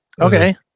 Okay